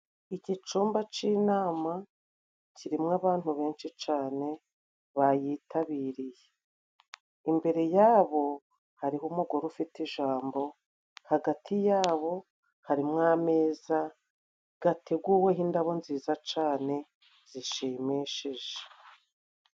Iki cumba c'inama kirimo abantu benshi cane bayitabiriye. Imbere yabo hariho umugore ufite ijambo, hagati yabo harimo ameza gateguweho indabo nziza cane zishimishije.